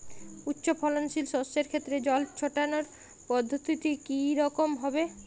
উচ্চফলনশীল শস্যের ক্ষেত্রে জল ছেটানোর পদ্ধতিটি কমন হবে?